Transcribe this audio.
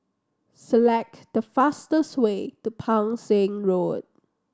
select the fastest way to Pang Seng Road